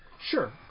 sure